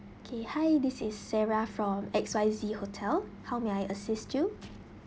okay hi this is sarah from X Y Z hotel how may I assist you